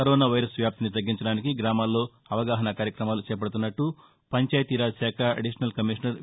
corona virus వ్యాప్తిని తగ్గించడానికి గ్రామాల్లో అవగాహనా కార్యక్రమాలు చేపడుతున్నట్లు పంచాయితీ రాజ్ శాఖ అడిషనల్ కమిషనర్ వి